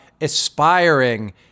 aspiring